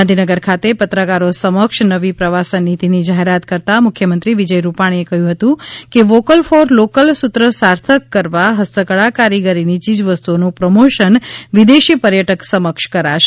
ગાંધીનગર ખાતે પત્રકારો સમક્ષ નવી પ્રવાસન નીતિની જાહેરાત કરતાં મુખ્યમંત્રી વિજય રૂપાણીએ કહ્યું હતું કે વોકલ ફોર લોકલ સૂત્ર સાર્થક કરવા ફસ્ત કળા કારીગરીની ચીજવસ્તુઓનું પ્રમોશન વિદેશી પર્યટક સમક્ષ કરાશે